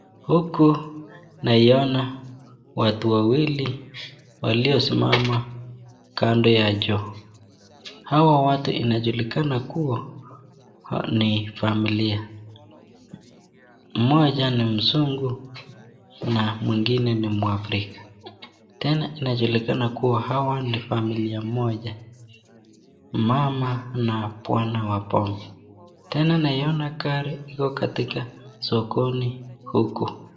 Huku naiona watu wawili waliosimama pande ya juu hawa watu inajulikana kuwa ni familia, mmoja ni mzungu na mwingine ni mwafrika, tena unajulinaka kuwa hawa ni familia moja, mama na bwana wa pori, tena naiona gari iko sokoni huku.